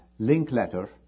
Linkletter